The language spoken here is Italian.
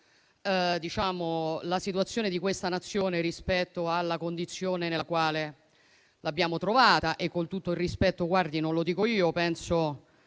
la situazione di questa Nazione rispetto alla condizione nella quale l'abbiamo trovata. Con tutto il rispetto, guardi che non lo dico io: penso